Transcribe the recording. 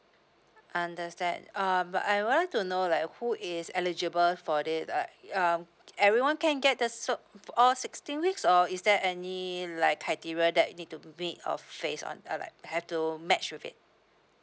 understand um but I wanted to know like who is eligible for this like um everyone can get this so all sixteen weeks or is there any like criteria that need to meet or face on uh like have to match with it